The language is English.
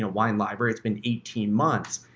ah wine library, it's been eighteen months.